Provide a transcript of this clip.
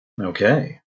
Okay